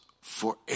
forever